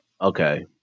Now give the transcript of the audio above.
Okay